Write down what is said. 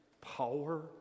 power